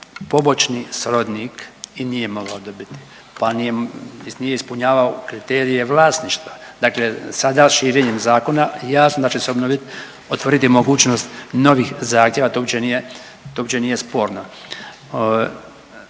pobočnik, srodnik i nije mogao dobiti pa nije ispunjavao kriterije vlasništva. Dakle, sada širenjem zakona jasno da će se obnovi, otvoriti mogućnost novih zahtjeva to uopće, to uopće nije sporno.